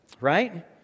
right